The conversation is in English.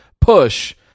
push